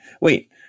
Wait